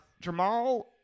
Jamal